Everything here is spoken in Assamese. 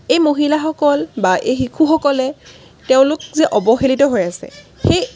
এই মহিলাসকল বা এই শিশুসকলে তেওঁলোক যে অৱহেলিত হৈ আছে সেই